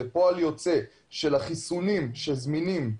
זה פועל יוצא של החיסונים שזמינים,